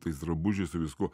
tais drabužiais su viskuo